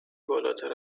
بالاتر